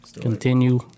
continue